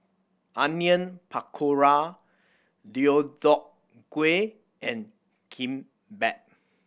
Onion Pakora Deodeok Gui and Kimbap